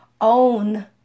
own